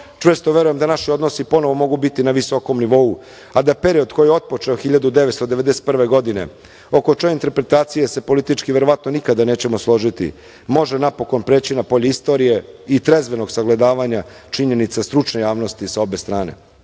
veća. Čvrsto verujem da naši odnosi ponovo mogu biti na visokom nivou, a da period koji je otpočeo 1991. godine, oko čije interpretacije se politički verovatno nikada nećemo složiti, može napokon preći na polje istorije i trezvenog sagledavanja činjenica stručne javnosti sa obe